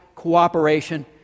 cooperation